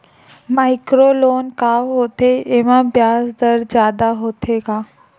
Micro loan का होथे येमा ब्याज दर जादा होथे का?